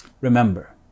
remember